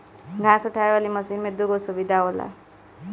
घास उठावे वाली मशीन में दूगो सुविधा होला